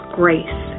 grace